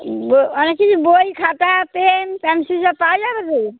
অনেক কিছু বই খাতা পেন পেন্সিল সব পাওয়া যাবে তো